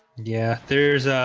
yeah, there's